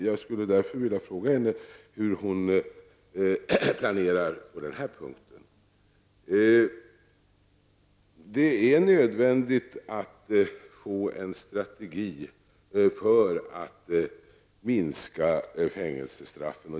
Jag skulle därför vilja fråga henne hur hon planerar på denna punkt. Det är nödvändigt att man får en strategi för att minska antalet fängelsestraff.